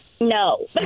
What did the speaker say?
No